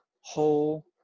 whole